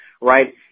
Right